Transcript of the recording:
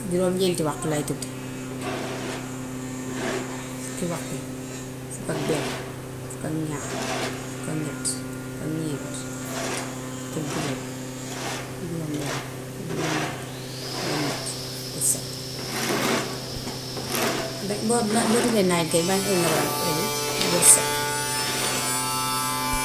Juróom-ñeenti waxtu laay tëdd. Fukki waxtu, fukki waxtook benn fukk ak ñaar, fukk ak ñett, fukk ak ñeent, fukk ak juróom, juróom benn, juróom ñaar, juróom ñett bët set. Boo boo boo tëddee naaj kay ban heure nga war a ewwu bët set.